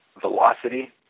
velocity